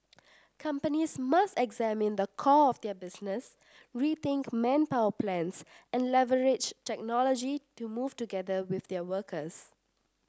companies must examine the core of their business rethink manpower plans and leverage technology to move together with their workers